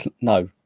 no